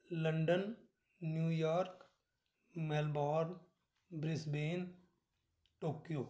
London New York Melbourne Brisbane Tokyo